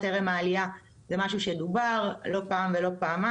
מתי הייתה הפעם האחרונה שישבתם איתם לפני פרסום